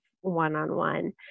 one-on-one